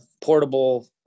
portable